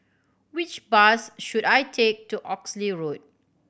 which bus should I take to Oxley Road